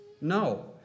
No